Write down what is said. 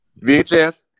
VHS